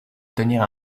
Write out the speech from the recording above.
obtenir